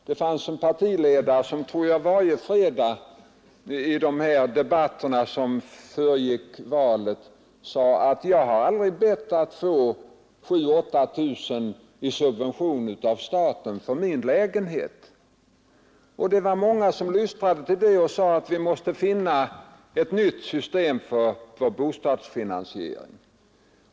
Det fanns en partiledare som, tror jag, varje fredag i de debatter som föregick valet sade: ”Jag har aldrig bett att få 7 000—8 000 kronor i subvention av staten för min lägenhet.” Det var många som lystrade till det och sade att vi måste finna ett nytt system för vår bostadsfinansiering.